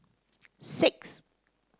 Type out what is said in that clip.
six